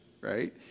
right